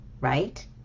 right